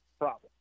problem